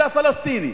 זה הפלסטיני.